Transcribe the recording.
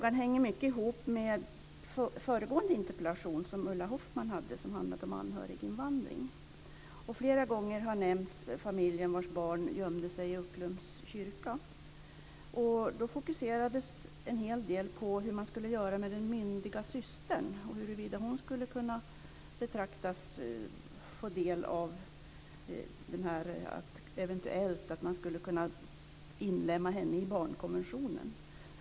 Fru talman! Den här frågan hänger mycket ihop med föregående interpellation, som Ulla Hoffmann hade framställt och som handlade om anhöriginvandring. Flera gånger har nämnts familjen vars barn gömde sig i Ucklums kyrka. Då fokuserades en hel del på hur man skulle göra med den myndiga systern, huruvida hon skulle kunna få del av detta och eventuellt skulle kunna inlemmas i barnkonventionen.